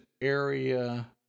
area